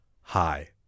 hi